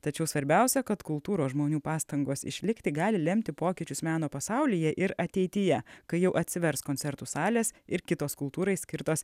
tačiau svarbiausia kad kultūros žmonių pastangos išlikti gali lemti pokyčius meno pasaulyje ir ateityje kai jau atsivers koncertų salės ir kitos kultūrai skirtos